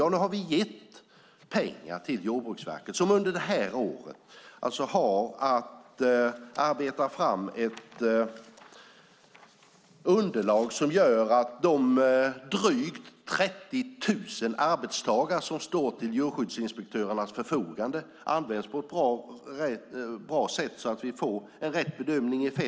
Ja, nu har vi gett pengar till Jordbruksverket, som under det här året har att arbeta fram ett underlag som gör att de drygt 30 000 arbetstagare som står till djurskyddsinspektörernas förfogande används på ett bra sätt, så att vi får en rätt bedömning i fält.